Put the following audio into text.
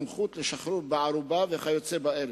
סמכות שחרור בערובה וכיוצא באלה.